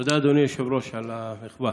תודה, אדוני היושב-ראש, על המחווה,